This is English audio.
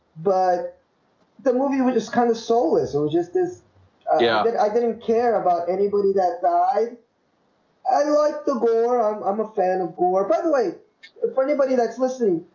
but the movie we just kind of soul is so just this yeah, i didn't care about anybody that died i like the boar i'm um a fan of war by the way for anybody. that's listening.